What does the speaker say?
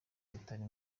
itari